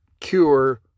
cure